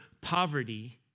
poverty